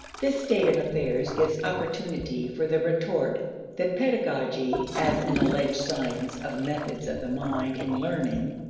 this state of affairs gives opportunity for the retort that pedagogy, as an alleged science of methods of the mind in learning,